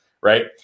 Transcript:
Right